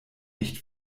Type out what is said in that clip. nicht